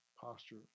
posture